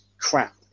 crap